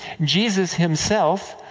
jesus, himself,